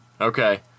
Okay